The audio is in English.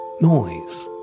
noise